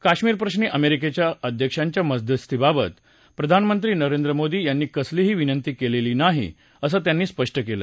कश्मिरप्रश्री अमेरिकेच्या अध्यक्षांच्या मध्यस्थीबाबत प्रधानमंत्री नरेंद्र मोदी यांनी कसलीही विनंती केलेली नाही असं त्यांनी स्पष्ट केलं